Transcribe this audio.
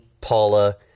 Paula